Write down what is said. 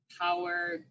power